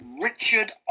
Richard